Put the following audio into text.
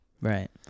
Right